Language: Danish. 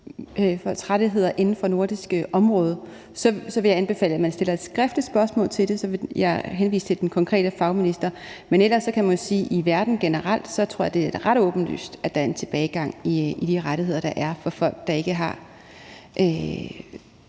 rettigheder inden for det nordiske område, vil jeg anbefale, at man stiller et skriftligt spørgsmål, og så vil jeg henvise til den konkrete fagminister. Men ellers kan man sige, at i verden generelt tror jeg det er ret åbenlyst, at der er en tilbagegang i de rettigheder, der er for folk, der ikke